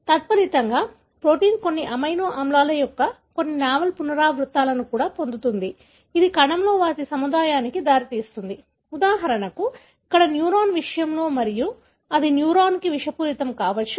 తత్ఫలితంగా ప్రోటీన్ కొన్ని అమైనో ఆమ్లాల యొక్క కొన్ని నావెల్ పునరావృతాలను కూడా పొందుతుంది ఇది కణంలో వాటి సముదాయానికి దారితీస్తుంది ఉదాహరణకు ఇక్కడ న్యూరాన్ విషయంలో మరియు అది న్యూరాన్కు విషపూరితం కావచ్చు